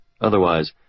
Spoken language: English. Otherwise